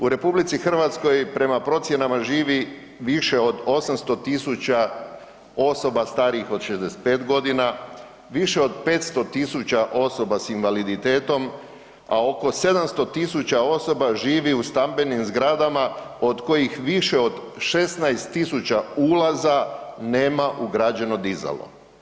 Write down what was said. U RH prema procjenama živi više od 800 000 osoba starijih od 65.g., više od 500 000 osoba s invaliditetom, a oko 700 000 osoba živi u stambenim zgradama od kojih više od 16 000 ulaza nema ugrađeno dizalo.